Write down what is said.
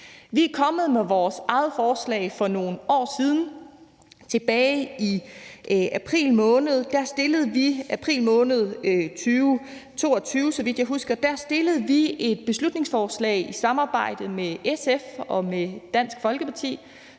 Vi er kommet med vores eget forslag for nogle år siden. Tilbage i april måned 2022, så vidt jeg husker, fremsatte vi et beslutningsforslag i samarbejde med SF og Dansk Folkeparti,